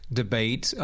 debate